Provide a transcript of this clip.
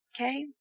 Okay